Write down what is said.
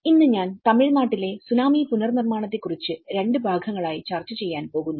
ഇന്ന് ഞാൻ തമിഴ്നാട്ടിലെ സുനാമി പുനർനിർമ്മാണത്തെക്കുറിച്ച് രണ്ട് ഭാഗങ്ങളായി ചർച്ച ചെയ്യാൻ പോകുന്നു